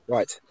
Right